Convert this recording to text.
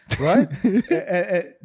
right